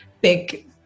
big